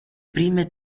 prime